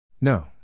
No